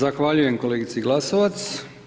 Zahvaljujem kolegici Glasovac.